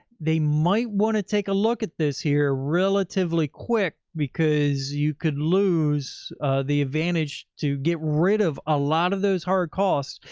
they might want to take a look at this here relatively quick. because you could lose the advantage to get rid of a lot of those hard costs.